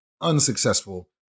unsuccessful